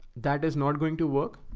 that is not going to work.